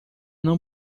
não